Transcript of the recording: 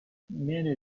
many